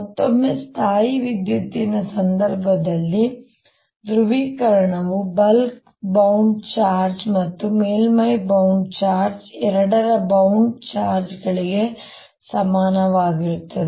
ಮತ್ತೊಮ್ಮೆ ಸ್ಥಾಯೀವಿದ್ಯುತ್ತಿನ ಸಂದರ್ಭದಲ್ಲಿ ಧ್ರುವೀಕರಣವು ಬಲ್ಕ್ ಬೌಂಡ್ ಚಾರ್ಜ್ ಮತ್ತು ಮೇಲ್ಮೈ ಬೌಂಡ್ ಚಾರ್ಜ್ ಎರಡರ ಬೌಂಡ್ ಚಾರ್ಜ್ ಗಳಿಗೆ ಸಮನಾಗಿರುತ್ತದೆ